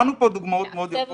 לעצב